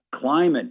climate